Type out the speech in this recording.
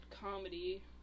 comedy